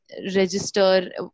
register